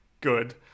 Good